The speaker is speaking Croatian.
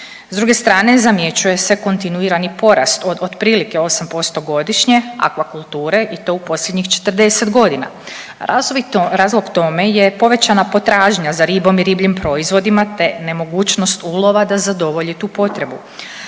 S druge strane zamjećuje se kontinuirani porast od otprilike 8% godišnje aquakulture i to u posljednjih 40 godina. Razlog tome je povećana potražnja za ribom i ribljim proizvodima, te nemogućnost ulova da zadovolji tu potrebu.